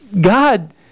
God